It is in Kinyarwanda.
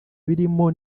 birimo